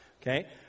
Okay